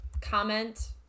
comment